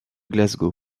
glasgow